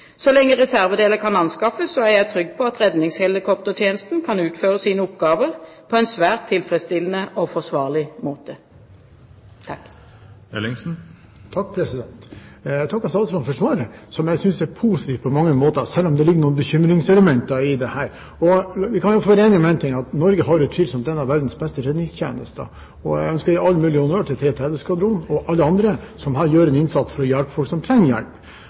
Så lenge reservedeler kan anskaffes, er jeg trygg på at redningshelikoptertjenesten kan utføre sine oppgaver på en svært tilfredsstillende og forsvarlig måte. Jeg takker statsråden for svaret, som jeg synes er positivt på mange måter, selv om det ligger noen bekymringselementer i dette. Vi kan være enige om én ting: Norge har utvilsomt en av verdens beste redningstjenester. Jeg ønsker å gi all mulig honnør til 330-skvadronen og alle andre som gjør en innsats for å hjelpe folk som trenger hjelp.